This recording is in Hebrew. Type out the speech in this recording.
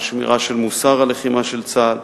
על שמירה של מוסר הלחימה של צה"ל,